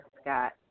Scott